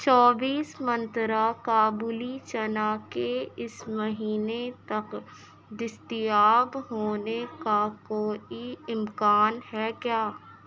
چوبیس منترا کابلی چنا کے اس مہینے تک دستیاب ہونے کا کوئی امکان ہے کیا